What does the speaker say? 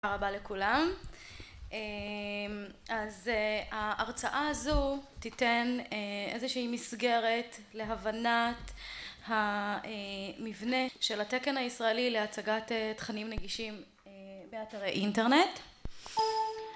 תודה רבה לכולם אז ההרצאה הזו תיתן איזושהי מסגרת להבנת המבנה של התקן הישראלי להצגת תכנים נגישים באתרי אינטרנט